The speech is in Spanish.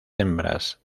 hembras